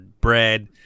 bread